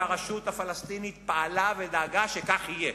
והרשות הפלסטינית פעלה ודאגה שכך יהיה.